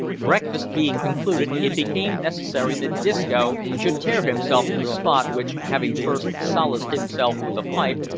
breakfast being concluded, it became necessary that disco should tear himself from the spot which, having first solaced himself with a pipe,